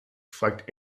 fragt